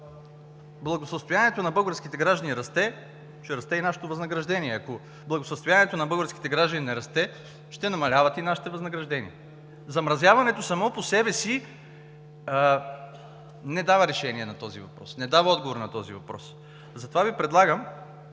Ако благосъстоянието на българските граждани не расте, ще намаляват и нашите възнаграждения. Замразяването само по себе си не дава решение на този въпрос, не дава отговор на този въпрос. Затова Ви предлагам